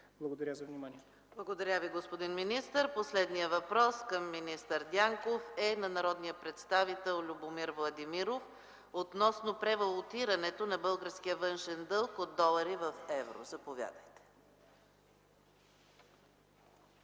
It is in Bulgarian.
Благодаря за вниманието.